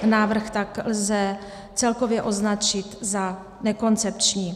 Návrh tak lze celkově označit za nekoncepční.